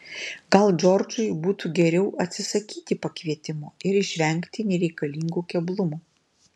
gal džordžui būtų geriau atsisakyti pakvietimo ir išvengti nereikalingų keblumų